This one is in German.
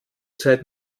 zeit